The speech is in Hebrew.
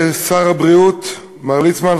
שר הבריאות מר ליצמן,